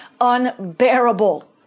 unbearable